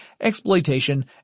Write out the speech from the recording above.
exploitation